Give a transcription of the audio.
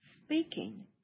speaking